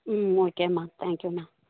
ம் ஓகேம்மா தேங்க்யூமா